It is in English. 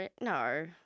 No